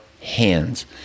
hands